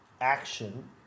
action